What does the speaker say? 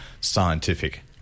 scientific